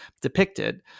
depicted